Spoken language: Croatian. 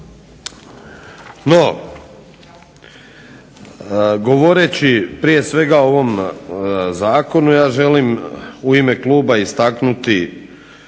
No govoreći prije svega o ovom zakonu ja želim u ime kluba istaknuti